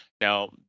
Now